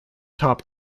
top